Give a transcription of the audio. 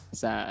sa